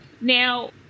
Now